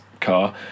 car